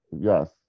Yes